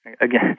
Again